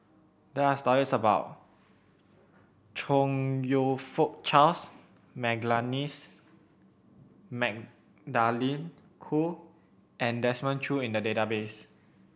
there are stories about Chong You Fook Charles Magdalene Khoo and Desmond Choo in the database